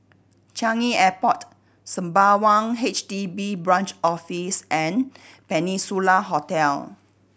Changi Airport Sembawang H D B Branch Office and Peninsula Hotel